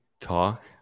talk